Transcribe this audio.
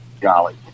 Golly